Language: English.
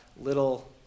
little